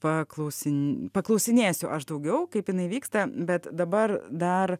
paklausin paklausinėsiu aš daugiau kaip jinai vyksta bet dabar dar